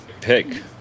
pick